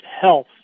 health